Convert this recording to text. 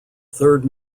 third